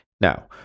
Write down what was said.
Now